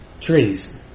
trees